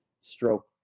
stroke